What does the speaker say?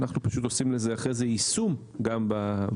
אנחנו פשוט עושים לזה אחרי זה יישום גם במאמן,